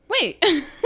Wait